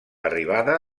arribada